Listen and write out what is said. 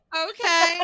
Okay